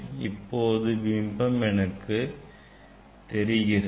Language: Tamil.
இப்போது எனக்கு பிம்பம் தெரிகிறது